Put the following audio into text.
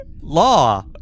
Law